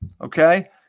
Okay